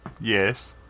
Yes